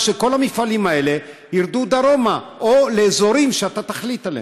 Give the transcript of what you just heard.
שכל המפעלים האלה ירדו דרומה או לאזורים שאתה תחליט עליהם.